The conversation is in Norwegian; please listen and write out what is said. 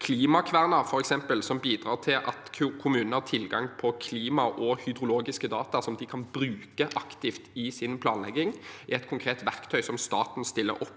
Klimakverna, som bidrar til at kommunene har tilgang til klima- og hydrologiske data som de kan bruke aktivt i sin planlegging, et konkret verktøy som staten stiller opp